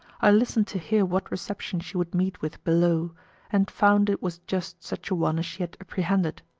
i listened to hear what reception she would meet with below and found it was just such a one as she had apprehended.